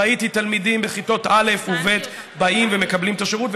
ראיתי תלמידים בכיתות א' וב' באים ומקבלים את השירות,